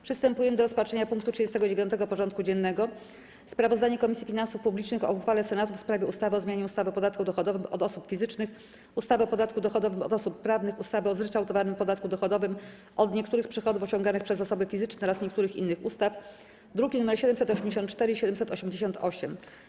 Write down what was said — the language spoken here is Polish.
Przystępujemy do rozpatrzenia punktu 39. porządku dziennego: Sprawozdanie Komisji Finansów Publicznych o uchwale Senatu w sprawie ustawy o zmianie ustawy o podatku dochodowym od osób fizycznych, ustawy o podatku dochodowym od osób prawnych, ustawy o zryczałtowanym podatku dochodowym od niektórych przychodów osiąganych przez osoby fizyczne oraz niektórych innych ustaw (druki nr 784 i 788)